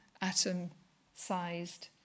atom-sized